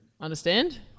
Understand